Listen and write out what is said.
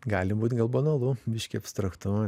gali būt gal banalu biškį abstraktu